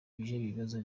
ibibazo